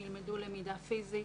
הם ילמדו למידה פיזית,